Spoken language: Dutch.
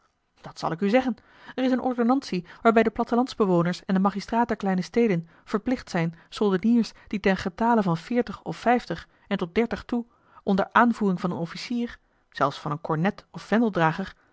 dat zal ik u zeggen er is eene ordonnantie waarbij de plattelandsbewoners en de magistraat der kleine steden verplicht zijn soldeniers die ten getale van veertig of vijftig en tot dertig toe onder aanvoering van een officier zelfs van een cornet of